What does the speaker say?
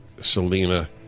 Selena